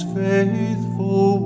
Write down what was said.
faithful